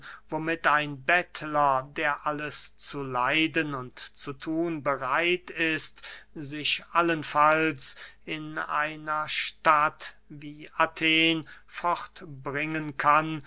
womit ein bettler der alles zu leiden und zu thun bereit ist sich allenfalls in einer stadt wie athen fortbringen kann